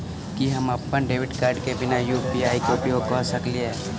की हम अप्पन debit card केँ बिना यु.पी.आई केँ उपयोग करऽ सकलिये?